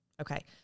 Okay